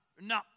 No